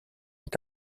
est